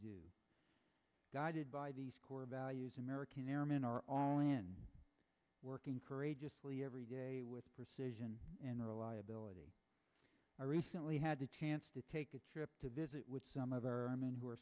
s guided by these core values american airmen are on working courageously every day with precision and reliability i recently had a chance to take a trip to visit with some of our men who are